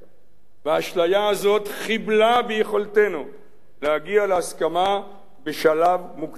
והאשליה הזאת חיבלה ביכולתנו להגיע להסכמה בשלב מוקדם יותר.